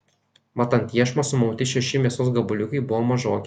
mat ant iešmo sumauti šeši mėsos gabaliukai buvo mažoki